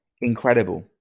incredible